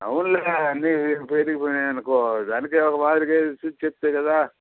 అవును అన్నీపెరిగి పోయినాయి అనుకో దానికి ఒక మాదిరిగా వేసి చూసి చెప్తే కదా